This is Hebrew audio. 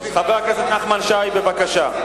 חבר הכנסת נחמן שי, בבקשה.